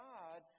God